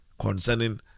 concerning